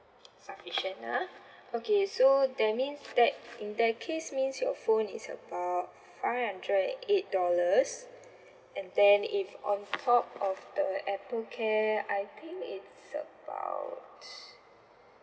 sufficient ah okay so that means that in that case means your phone is about five hundred and eight dollars and then if on top of the Apple care I think it's about